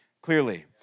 clearly